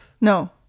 no